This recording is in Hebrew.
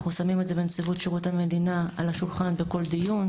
אנחנו שמים את זה בנציבות שירות המדינה על השולחן בכל דיון,